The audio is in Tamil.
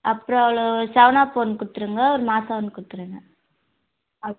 அப்புறம் செவன்அப் ஒன்று கொடுத்துருங்க ஒரு மாஸா ஒன்று கொடுத்துருங்க அவ்